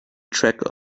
track